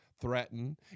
Threaten